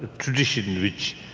tradition which